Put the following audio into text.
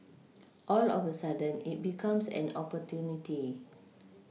all of a sudden it becomes an opportunity